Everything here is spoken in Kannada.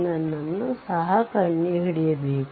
ಅನ್ನು ಸಹ ಕಂಡುಹಿಡಿಯಬೇಕು